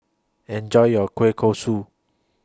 Enjoy your Kueh Kosui